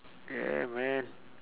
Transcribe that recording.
yeah man